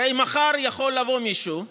הרי מחר יכול לבוא מישהו ולהגיד: